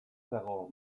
dago